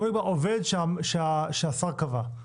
עובד שהשר קבע.